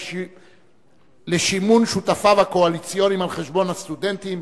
ל"שימון" שותפיו הקואליציוניים על חשבון הסטודנטים,